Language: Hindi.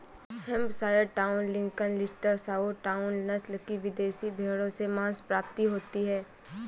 Hampshire Down, Lincoln, Leicester, Southdown, नस्ल की विदेशी भेंड़ों से माँस प्राप्ति होती है